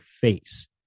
face